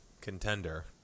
contender